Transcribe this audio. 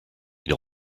ils